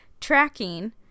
Tracking